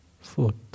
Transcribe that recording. foot